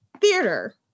theater